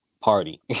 party